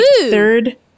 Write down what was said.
third